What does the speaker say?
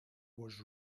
was